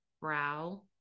brow